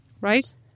Right